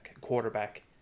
quarterback